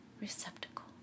receptacle